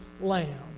lamb